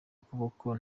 ukuboko